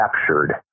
captured